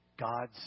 God's